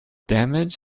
damage